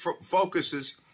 focuses